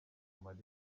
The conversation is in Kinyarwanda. mali